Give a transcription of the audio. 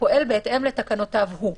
שפועל בהתאם לתקנותיו הוא.